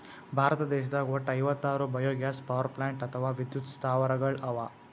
ಭಾರತ ದೇಶದಾಗ್ ವಟ್ಟ್ ಐವತ್ತಾರ್ ಬಯೊಗ್ಯಾಸ್ ಪವರ್ಪ್ಲಾಂಟ್ ಅಥವಾ ವಿದ್ಯುತ್ ಸ್ಥಾವರಗಳ್ ಅವಾ